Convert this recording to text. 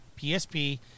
PSP